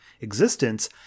existence